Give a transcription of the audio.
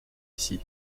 ici